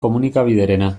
komunikabiderena